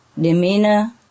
demeanor